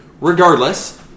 Regardless